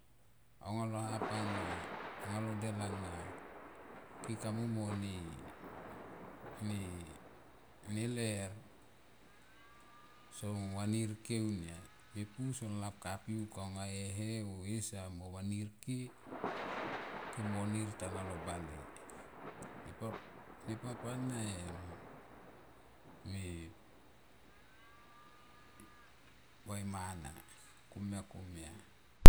Anga lo hap anga, anga lo del ana ke kamu mo ne, ne ler song vanir ke unia epu son lap kapiuk anga e he o esa mo vanir ke, ke mo nir tanga lo. Nepap ana em me va e mana komia komia.